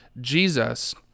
jesus